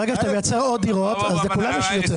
ברגע שאתה מייצר עוד דירות לכולם יש יותר.